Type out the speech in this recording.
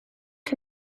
chi